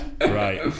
Right